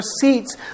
seats